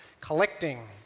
collecting